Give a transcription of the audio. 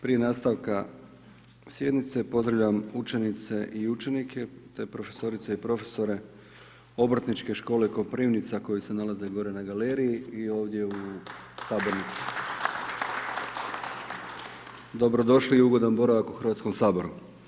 Prije nastavka sjednice, pozdravljam učenice i učenike tj. profesorice i profesore Obrtničke škole Koprivnica koji se nalaze gore na galeriji i ovdje u sabornici. … Dobrodošli i ugodan boravak u Hrvatskom saboru.